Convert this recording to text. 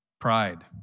Pride